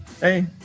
hey